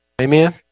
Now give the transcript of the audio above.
Amen